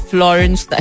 Florence